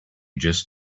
just